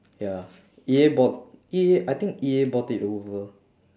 ya E_A bought E_A I think E_A bought it over